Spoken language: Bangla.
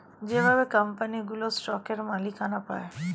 যেভাবে কোম্পানিগুলো স্টকের মালিকানা পায়